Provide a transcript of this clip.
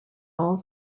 all